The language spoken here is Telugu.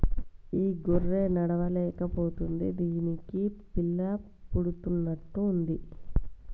ఈ గొర్రె నడవలేక పోతుంది దీనికి పిల్ల పుడుతున్నట్టు ఉంది